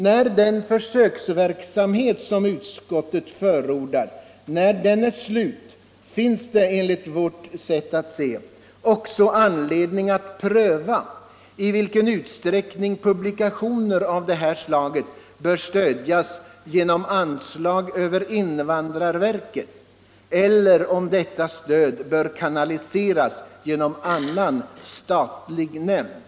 När den försöksverksamhet som utskottet förordar är slut, finns det enligt vårt sätt att se också anledning att pröva i vilken utsträckning publikationer av detta slag bör stödjas genom anslag över invandrarverket, eller om stödet bör kanaliseras genom annan statlig nämnd.